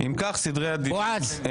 אם כך סדרי הדיון אושרו.